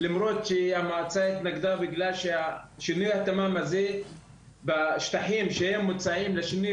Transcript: למרות שהמועצה התנגדה משום ששינוי התמ"מ הזה בשטחים שמוצעים לשינוי